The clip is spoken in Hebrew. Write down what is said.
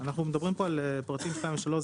אנחנו מדברים פה על פרטים 2 ו-3,